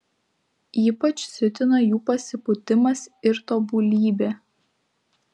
ypač siutina jų pasipūtimas ir tobulybė